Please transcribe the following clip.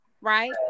Right